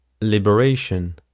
...liberation